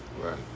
Right